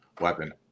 weapon